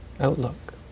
outlook